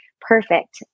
perfect